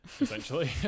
essentially